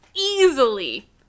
easily